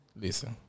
Listen